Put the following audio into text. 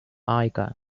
icon